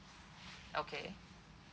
okay